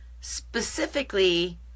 specifically